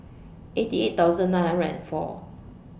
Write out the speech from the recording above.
eighty eight thousand nine hundred and four